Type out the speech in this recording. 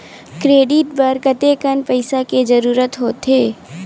Credit बर कतेकन पईसा के जरूरत होथे?